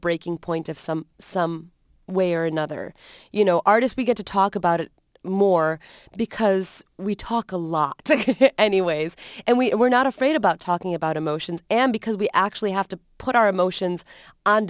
breaking point of some some way or another you know artist begin to talk about it more because we talk a lot anyways and we're not afraid about talking about emotions because we actually have to put our emotions on